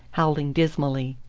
howling dismally.